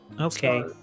Okay